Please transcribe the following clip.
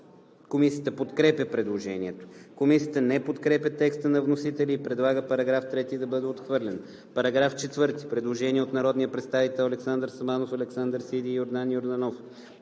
Комисията подкрепя предложението. Комисията не подкрепя текста на вносителя и предлага § 3 да бъде отхвърлен. По § 4 има предложение на народните представители Александър Сабанов, Александър Сиди и Йордан Йорданов.